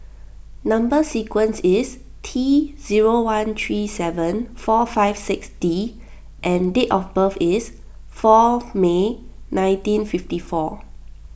Number Sequence is T zero one three seven four five six D and date of birth is four May nineteen fifty four